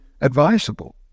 advisable